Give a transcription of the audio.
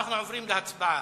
אנחנו עוברים להצבעה.